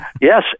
Yes